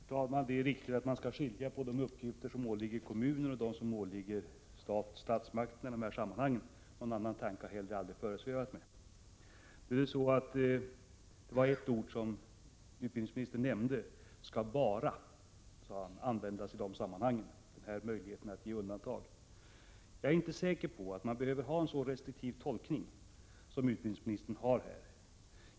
Herr talman! Det är riktigt att man skall skilja på de uppgifter som i dessa sammanhang åligger kommuner och de som åligger statsmakterna — någon annan tanke har heller aldrig föresvävat mig. Utbildningsministern sade att denna möjlighet att göra undantag bara skall användas i vissa sammanhang. Jag är inte säker på att man behöver göra en så restriktiv tolkning som utbildningsministern här gör.